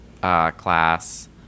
class